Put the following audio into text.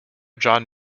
john